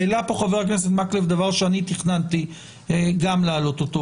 העלה פה חבר הכנסת מקלב דבר שגם אני תכננתי להעלות אותו.